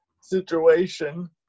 situation